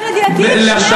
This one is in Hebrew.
ולפי מיטב ידיעתי,